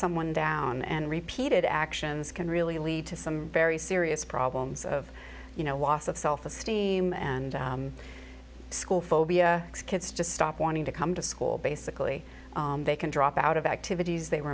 someone down and repeated actions can really lead to some very serious problems of you know wassup self esteem and school phobia kids just stop wanting to come to school basically they can drop out of activities they were